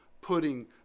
putting